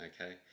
Okay